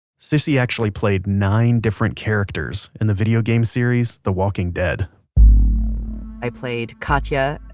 cissy actually played nine different characters in the video game series the walking dead i played katjaa,